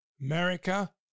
America